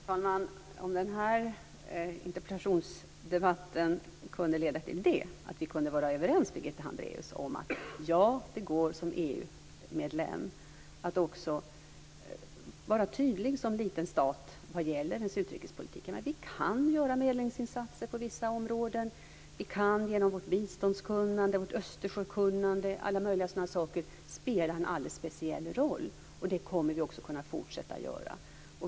Herr talman! Det vore bra om denna interpellationsdebatt kunde leda till att vi kunde vara överens, Birgitta Hambraeus, om att det som EU-medlem går att också vara tydlig som liten stat när det gäller utrikespolitiken, att vi kan göra medlingsinsatser på vissa områden - att vi genom vårt biståndskunnande och vårt Östersjökunnande osv. kan spela en alldeles speciell roll, vilket vi också kommer att kunna fortsätta att göra.